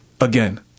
Again